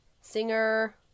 Singer